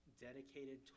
dedicated